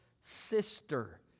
sister